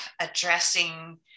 addressing